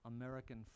American